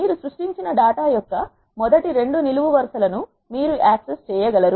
మీరు సృష్టించిన డేటా యొక్క మొదటి రెండు నిలువు వరుస లను మీరు యాక్సెస్ చేయగలరు